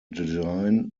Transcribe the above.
design